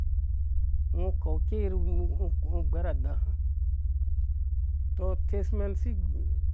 ngo gbɛr adaha toh atesmen